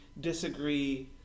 disagree